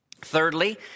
Thirdly